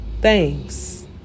Thanks